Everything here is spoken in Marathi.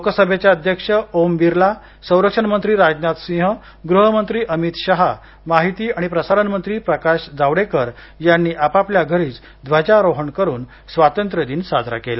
लोकसभेचे अध्यक्ष ओम बिर्ला संरक्षणमंत्री राजनाथ सिंह गृहमंत्री अमित शहा माहिती आणि प्रसारण मंत्री प्रकाश जावडेकर यांनी आपापल्या घरीच ध्वजारोहण करून स्वातंत्र्यदिन साजरा केला